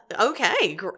okay